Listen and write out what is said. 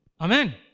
Amen